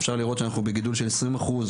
אפשר לראות שאנחנו בגידול של עשרים אחוז